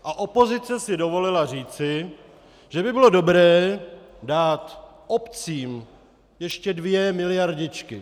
A opozice si dovolila říci, že by bylo dobré dát obcím ještě dvě miliardičky.